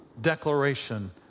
declaration